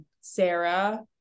Sarah